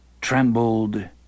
trembled